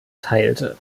teilte